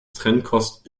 trennkost